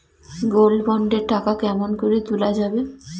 Gold bond এর টাকা কেমন করি তুলা যাবে?